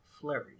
flurry